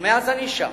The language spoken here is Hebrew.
ומאז אני שם,